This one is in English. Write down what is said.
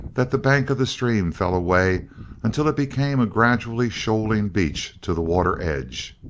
that the bank of the stream fell away until it became a gradually shoaling beach to the water edge.